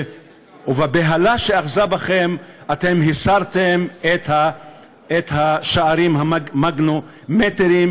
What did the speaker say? ובבהלה שאחזה בכם אתם הסרתם את השערים המגנומטריים